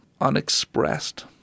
unexpressed